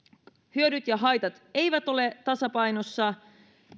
hyödyt ja haitat eivät ole tasapainossa